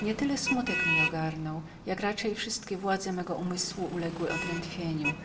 nie tak tęsknota mnie ogarnęła jak raczej wszystkie władze mego umysłu uległy odrętwieniu